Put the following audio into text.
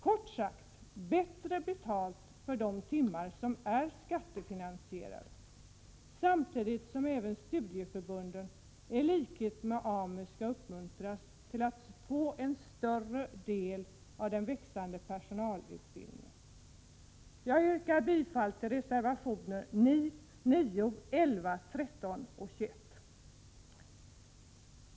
Kort sagt: Bättre betalt för de timmar som är skattefinansierade, samtidigt som även studieförbunden i likhet med AMU skall uppmuntras att söka få en större del av den växande personalutbildningen. Jag yrkar bifall till reservationerna 9, 11, 13 och 21.